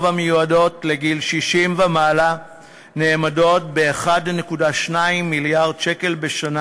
המיועדות לגיל 60 ומעלה נאמדת ב-1.2 מיליארד שקלים בשנה,